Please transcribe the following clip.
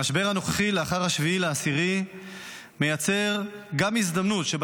המשבר הנוכחי לאחר 7 באוקטובר מייצר גם הזדמנות שבה